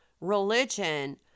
religion